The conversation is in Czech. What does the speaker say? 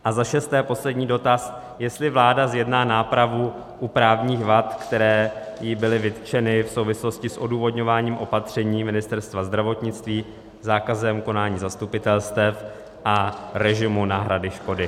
Za šesté, poslední dotaz, jestli vláda zjedná nápravu u právních vad, které jí byly vytčeny v souvislosti s odůvodňováním opatření Ministerstva zdravotnictví, zákazem konání zastupitelstev a režimu náhrady škody.